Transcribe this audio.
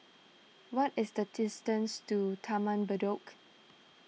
what is the distance to Taman Bedok